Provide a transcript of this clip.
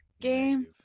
game